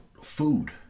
food